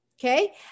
Okay